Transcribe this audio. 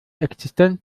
existenz